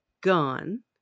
gone